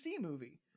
movie